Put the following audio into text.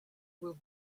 will